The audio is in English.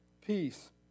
Peace